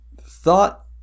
thought